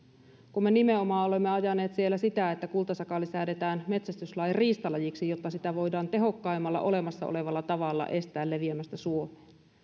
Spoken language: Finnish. kun me nimenomaan olemme ajaneet siellä sitä että kultasakaali säädetään metsästyslain riistalajiksi jotta sitä voidaan tehokkaimmalla olemassa olevalla tavalla estää leviämästä suomeen